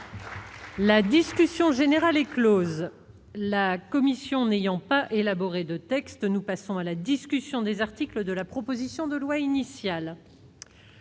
La discussion générale est close. La commission n'ayant pas élaboré de texte, nous passons à la discussion des articles de la proposition de loi initiale.